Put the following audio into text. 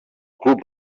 club